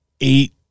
eight